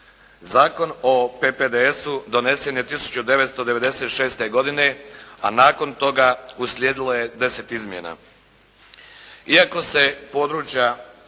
Zakon o PPDS-u donesen je 1996. godine, a nakon toga uslijedilo je deset izmjena. Iako se područja